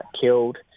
killed